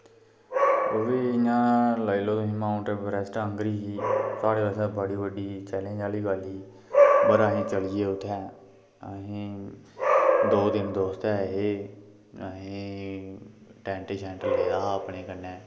ओह् बी इयां लाई लैओ माउंट ऐवरैस्ट आंह्गर ही साढ़े आस्तै बड़ी बड्डी चैलेंज़ आह्ली गल्ल ही पर अस चली गे उत्थें असें दो दिन दोस्त ऐ हे असें टैंट शैट लेदा हा अपने कन्नै